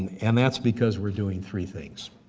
and that's because we're doing three things.